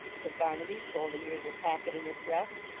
said barnaby, folding the little packet in his breast,